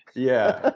yeah. ah